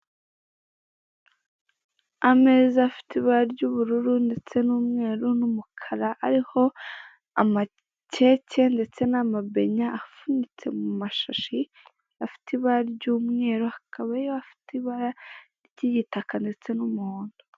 Ameza afite ibara ry'ubururu ndetse n' umweru n'umukara. Ariho amakeke ndeste n'amabenya afunitse mu mashashi afite ibara ry'umweru, akaba yo afite ibara ry'igitaka ndetse n'umuhondo.